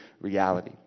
reality